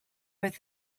with